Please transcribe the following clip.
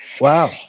Wow